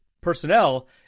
personnel